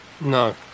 No